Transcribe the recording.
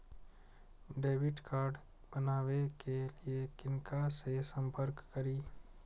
Debit card बनावे के लिए किनका से संपर्क करी?